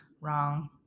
wrong